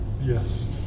Yes